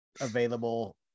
available